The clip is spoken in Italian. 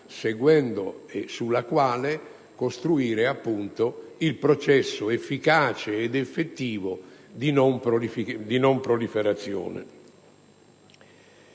miliare sulla quale costruire il processo efficace ed effettivo di non proliferazione.